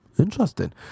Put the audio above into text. interesting